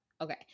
Okay